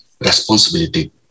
responsibility